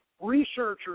researchers